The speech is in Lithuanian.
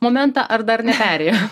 momentą ar dar neperėjo